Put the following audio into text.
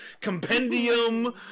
compendium